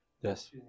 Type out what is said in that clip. Yes